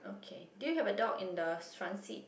K do you have a dog in the front seat